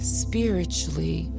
spiritually